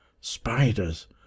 Spiders